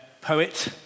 poet